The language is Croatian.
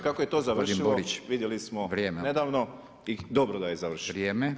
Kako je to završilo vidjeli smo nedavno i dobro da je završilo.